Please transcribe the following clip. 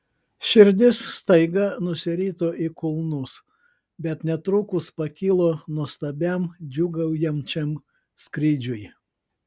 širdis staiga nusirito į kulnus bet netrukus pakilo nuostabiam džiūgaujančiam skrydžiui